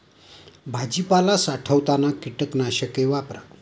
भाजीपाला साठवताना कीटकनाशके वापरा